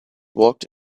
walked